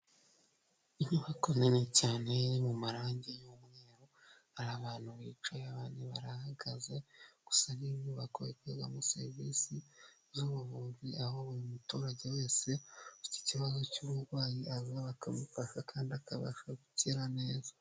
Inyubako nini cyane, iri mu marangi y'umweru hari abantu bicaye, abandi barahagaze, gusa ni inyubako ikoreramo serivisi z'ubuvunzi, aho buri muturage wese ufite ikibazo cy'uburwayi, aza akamufasha kandi akabasha gukira neza.